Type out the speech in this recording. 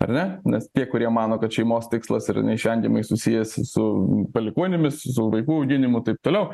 ar ne nes tie kurie mano kad šeimos tikslas yra neišvengiamai susijęs su palikuonimis vaikų auginimu taip toliau